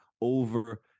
over